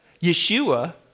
Yeshua